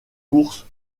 courses